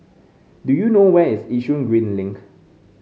do you know where is Yishun Green Link